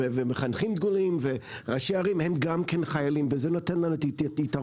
ומחנכים דגולים וראשי ערים הם גם כן חיילים וזה נותן לנו יתרון.